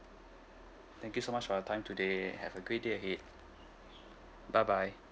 thank you so much for your time today have a great day ahead bye bye